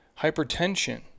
hypertension